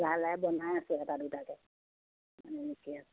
লাহে লাহে বনাই আছোঁ এটা দুটাকে মানে লিখি আছোঁ আৰু